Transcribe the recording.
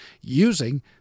using